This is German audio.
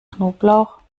knoblauch